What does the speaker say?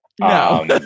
No